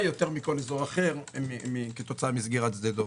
יותר מכל אזור אחר כתוצאה מסגירת שדה דב.